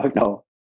no